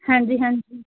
ਹਾਂਜੀ ਹਾਂਜੀ